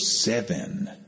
Seven